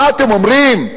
מה אתם אומרים,